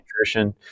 nutrition